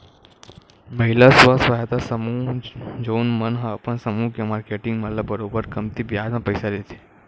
महिला स्व सहायता समूह जउन मन ह अपन समूह के मारकेटिंग मन ल बरोबर कमती बियाज म पइसा देथे